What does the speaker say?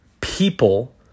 people